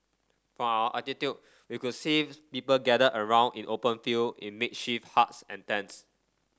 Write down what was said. from our altitude we could see people gathered around in open field in makeshift huts and tents